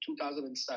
2007